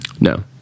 No